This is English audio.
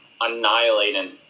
annihilating